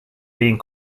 being